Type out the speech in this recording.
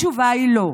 התשובה היא לא.